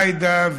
עאידה,